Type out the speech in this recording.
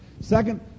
Second